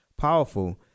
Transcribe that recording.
powerful